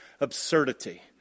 absurdity